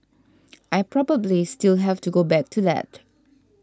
I probably still have to go back to that